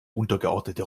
untergeordnete